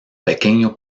pequeño